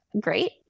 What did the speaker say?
great